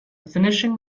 finishing